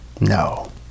No